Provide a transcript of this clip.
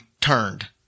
turned